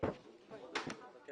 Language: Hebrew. סדר